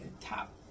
top